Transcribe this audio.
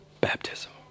baptism